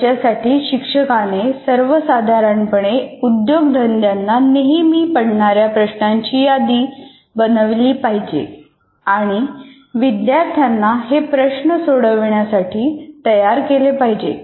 ज्याच्यासाठी शिक्षकाने सर्वसाधारणपणे उद्योगधंद्यांना नेहमी पडणाऱ्या प्रश्नांची यादी बनवली पाहिजे आणि विद्यार्थ्याला हे प्रश्न सोडवण्यासाठी तयार केले पाहिजे